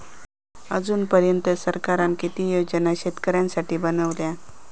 अजून पर्यंत सरकारान किती योजना शेतकऱ्यांसाठी बनवले?